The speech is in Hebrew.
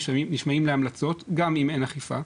נשמעים להמלצות גם אם אין אכיפה.